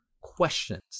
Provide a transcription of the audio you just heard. questions